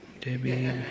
Debbie